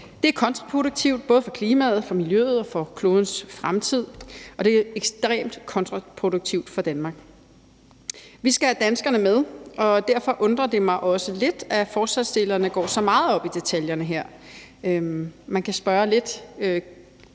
Det er kontraproduktivt, både for klimaet, for miljøet og for klodens fremtid, og det er ekstremt kontraproduktivt for Danmark. Vi skal have danskerne med, og derfor undrer det mig også lidt, at forslagsstillerne går så meget op i detaljerne her. Man kan spørge lidt